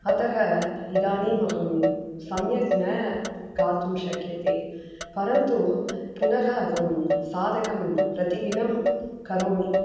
अतः इदानीम् अहं सम्यक् न गातुं शक्यते परन्तु पुनः अहं साधकं प्रतिदिनं करोमि